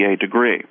degree